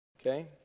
okay